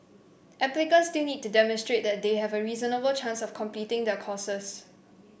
applicants still need to demonstrate that they have a reasonable chance of completing their courses